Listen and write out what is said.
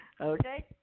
Okay